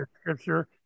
Scripture